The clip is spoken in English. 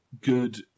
good